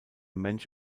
mensch